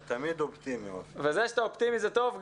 זה שאתה אופטימי זה טוב.